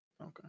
Okay